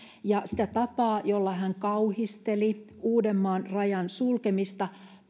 ja sitä tapaa jolla hän kauhisteli uudenmaan rajan sulkemista